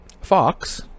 Fox